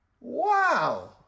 Wow